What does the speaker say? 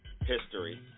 history